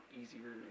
easier